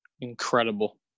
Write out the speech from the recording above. Incredible